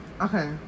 Okay